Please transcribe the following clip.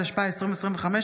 התשפ"ה 2025,